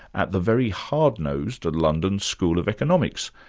at the very hard-nosed and london school of economics.